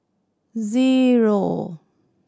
zero